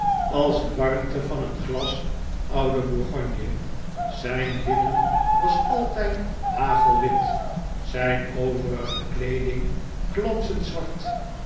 als de warmte van een glas ouden bourgonje zijn linnen was altijd hagelwit zijn overige kleeding glanzend zwart